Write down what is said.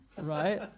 Right